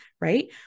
right